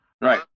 Right